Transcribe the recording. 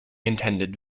intended